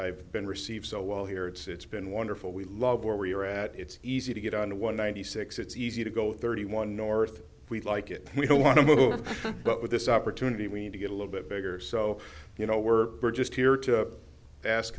i've been received so well here it's been wonderful we love where we're at it's easy to get on one ninety six it's easy to go thirty one north we'd like it we don't want to move but with this opportunity we need to get a little bit bigger so you know we're just here to ask